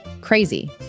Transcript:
Crazy